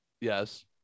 Yes